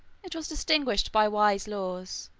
it was distinguished by wise laws,